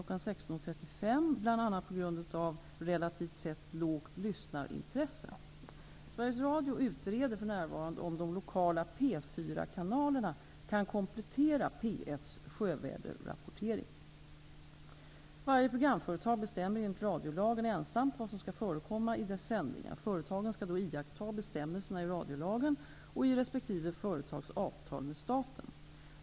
16.35 bl.a. på grund av relativt sett lågt lyssnarintresse. Sveriges Radio utreder för närvarande om de lokala P4-kanalerna kan komplettera P1:s sjövädersrapportering. Varje programföretag bestämmer enligt radiolagen ensamt vad som skall förekomma i dess sändningar. Företagen skall då iaktta bestämmelserna i radiolagen och i resp. företags avtal med staten.